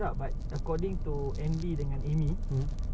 this bihun you already soak for one hour already